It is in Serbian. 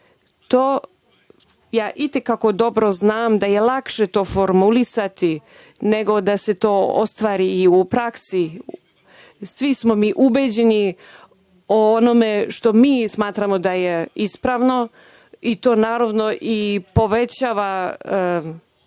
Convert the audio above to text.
To ja i te kako znam, da je lakše to formulisati, nego da se to ostvari i u praksi. Svi smo mi ubeđeni o onome što mi smatramo da je ispravno i to naravno i povećava